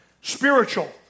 spiritual